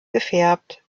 gefärbt